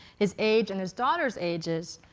his age, and his daughters' ages.